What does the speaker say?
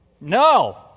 No